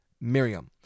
Miriam